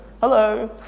Hello